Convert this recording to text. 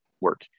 work